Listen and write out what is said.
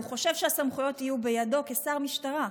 הוא חושב שהסמכויות יהיו בידו כשר משטרה.